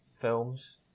films